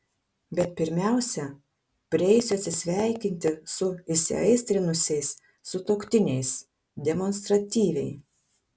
bet pirmiausia prieisiu atsisveikinti su įsiaistrinusiais sutuoktiniais demonstratyviai